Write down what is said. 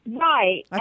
right